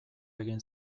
egin